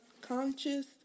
conscious